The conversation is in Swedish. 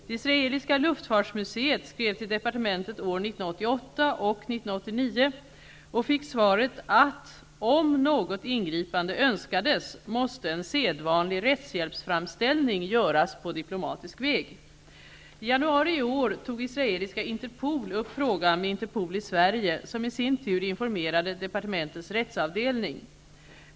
Det israeliska luftfartsmuseet skrev till departementet år 1988 och 1989 och fick svaret, att om något ingripande önskades måste en sedvanlig rättshjälpsframställning göras på diplomatisk väg. I januari i år tog israeliska Interpol upp frågan med Interpol i Sverige, som i sin tur informerade departementets rättsavdelning.